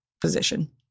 position